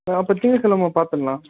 அப்போ திங்ககெழமை பார்த்துக்குலாம்